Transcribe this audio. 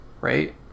Right